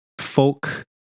folk